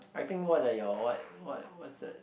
I think what are you what what's it